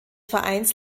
vereins